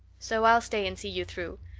so i'll stay and see you through.